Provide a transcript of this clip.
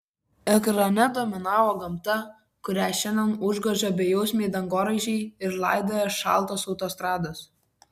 ekrane dominavo gamta kurią šiandien užgožia bejausmiai dangoraižiai ir laidoja šaltos autostrados